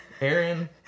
Aaron